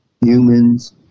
Humans